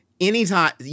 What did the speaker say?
anytime